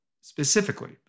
specifically